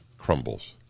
crumbles